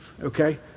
okay